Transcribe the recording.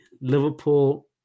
Liverpool